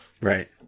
Right